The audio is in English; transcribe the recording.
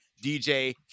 DJ